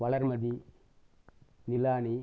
Valarmathi Nilani